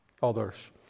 others